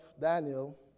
Daniel